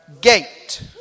gate